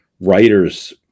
writers